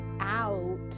out